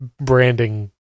branding